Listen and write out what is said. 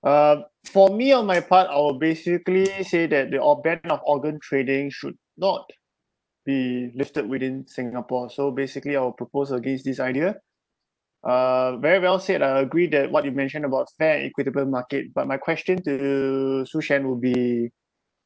uh for me on my part I will basically say that the or ban of organ trading should not be lifted within singapore so basically I'll propose against this idea uh very well said I agree that what you mention about fair and equitable market but my question to shu shen will be